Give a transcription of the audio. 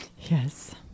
Yes